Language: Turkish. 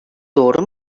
doğru